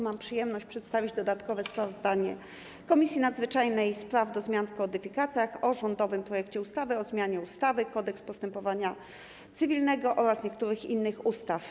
Mam przyjemność przedstawić dodatkowe sprawozdanie Komisji Nadzwyczajnej do spraw zmian w kodyfikacjach o rządowym projekcie ustawy o zmianie ustawy - Kodeks postępowania cywilnego oraz niektórych innych ustaw.